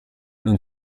non